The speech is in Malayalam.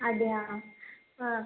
അതെയോ ആ